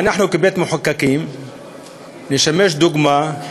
ואנחנו כבית-מחוקקים נשמש דוגמה,